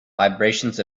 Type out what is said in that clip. vibrations